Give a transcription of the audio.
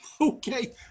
Okay